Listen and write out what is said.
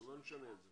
לא נשנה את זה.